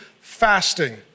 fasting